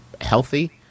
healthy